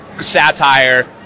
satire